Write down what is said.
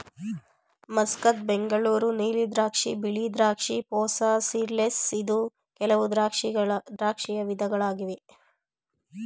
Muscat, Bengaluru ನೀಲಿ ದ್ರಾಕ್ಷಿ, ಬಿಳಿ ದ್ರಾಕ್ಷಿ, ಪೂಸಾ ಸೀಡ್ಲೆಸ್ ಇದು ಕೆಲವು ದ್ರಾಕ್ಷಿಯ ವಿಧಗಳಾಗಿವೆ